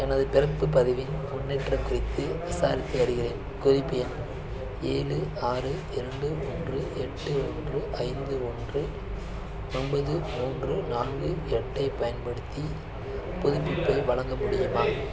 எனது பிறப்பு பதிவின் முன்னேற்றம் குறித்து விசாரித்து வருகிறேன் குறிப்பு எண் ஏழு ஆறு இரண்டு ஒன்று எட்டு ஒன்று ஐந்து ஒன்று ஒன்பது மூன்று நான்கு எட்டைப் பயன்படுத்தி புதுப்பிப்பை வழங்க முடியுமா